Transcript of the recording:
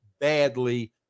badly